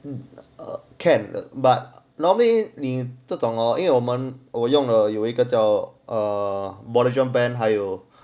eh err can but normally 你这种咯因为我们我用了有一个叫 err moderation band 还有